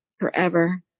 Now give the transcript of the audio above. Forever